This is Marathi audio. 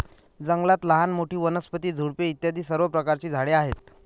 जंगलात लहान मोठी, वनस्पती, झुडपे इत्यादी सर्व प्रकारची झाडे आहेत